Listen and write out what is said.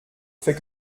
fait